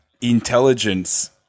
intelligence